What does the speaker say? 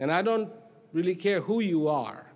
and i don't really care who you are